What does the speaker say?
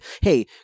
hey